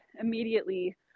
immediately